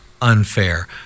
unfair